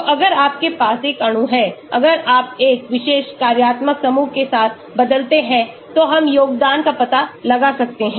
तोअगर आपके पास एक अणु है अगर आप एक विशेष कार्यात्मक समूह के साथ बदलते हैं तो हम योगदान का पता लगा सकते हैं